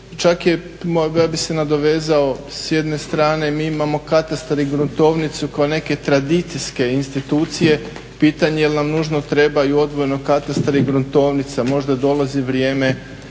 Čaj je, ja bih se nadovezao s jedne strane mi imamo katastar i gruntovnicu kao neke tradicijske institucije, pitanje je je li nam nužno trebaju odvojeno katastar i gruntovnica, možda dolazi vrijeme,